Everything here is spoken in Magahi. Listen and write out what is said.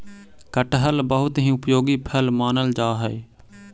कटहल बहुत ही उपयोगी फल मानल जा हई